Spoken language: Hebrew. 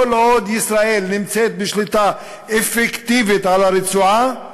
כל עוד ישראל נמצאת בשליטה אפקטיבית על הרצועה,